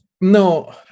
No